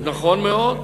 נכון מאוד,